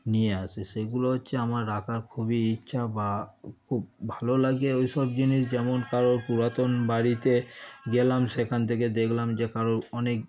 নিয়ে আসি সেগুলো হচ্ছে আমার রাখার খুবই ইচ্ছা বা খুব ভালো লাগে ওই সব জিনিস যেমন কারোর পুরাতন বাড়িতে গেলাম সেখান থেকে দেখলাম যে কারোর অনেক